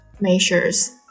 measures